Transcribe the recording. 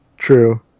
true